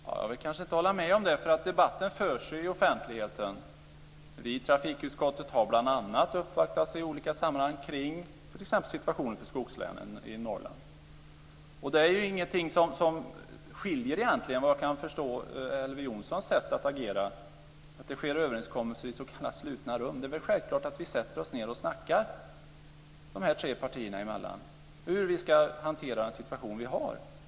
Fru talman! Jag vill nog inte hålla med om det. Debatten förs ju i offentligheten. Vi i trafikutskottet har bl.a. uppvaktats i olika sammanhang när det gäller t.ex. situationen för skogslänen i Norrland. Att det sker överenskommelser i s.k. slutna rum skiljer sig väl egentligen inte från Elver Jonssons sätt att agera. Det är väl självklart att vi i de här tre partierna sätter oss ned och snackar om hur vi ska hantera den situation vi har.